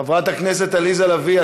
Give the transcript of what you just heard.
חברת הכנסת עליזה לביא,